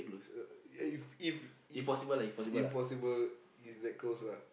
uh if if if if possible is that close lah